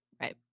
Right